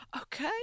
okay